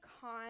con